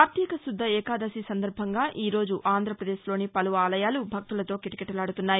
కార్తీక శుద్ద ఏకాదశి సందర్బంగా ఈ రోజు ఆంధ్రప్రదేశ్లోని పలు ఆలయాలు భక్తులతో కిటకిటలాదుతున్నాయి